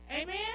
Amen